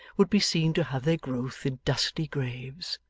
would be seen to have their growth in dusty graves